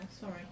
sorry